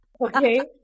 Okay